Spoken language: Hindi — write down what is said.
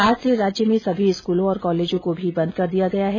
आज से राज्य में सभी स्कूल कॉलेजों को भी बंद कर दिया गया है